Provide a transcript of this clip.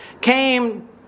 came